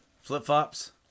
flip-flops